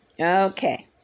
Okay